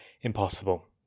impossible